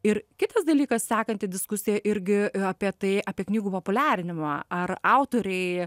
ir kitas dalykas sekanti diskusija irgi apie tai apie knygų populiarinimą ar autoriai